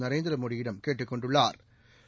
நரேந்திரமோடியிடம் கேட்டுக் கொண்டுள்ளாா்